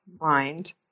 mind